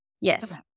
Yes